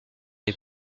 les